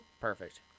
Perfect